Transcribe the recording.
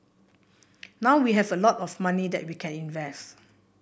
now we have a lot of money that we can invest